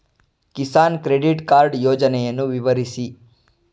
Kisan credit card ಯೋಜನೆಯನ್ನು ವಿವರಿಸಿ?